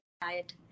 diet